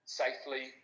safely